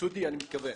יסודי אני מתכוון.